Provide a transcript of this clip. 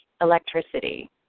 electricity